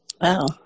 wow